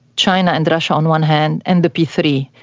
china and russia, on one hand, and the p three,